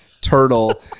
turtle